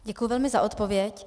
Děkuji velmi za odpověď.